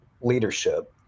leadership